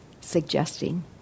suggesting